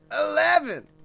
Eleven